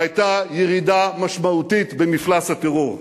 והיתה ירידה משמעותית במפלס הטרור.